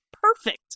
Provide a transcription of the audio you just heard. perfect